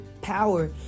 power